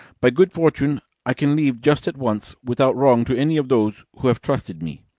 by good fortune i can leave just at once, without wrong to any of those who have trusted me.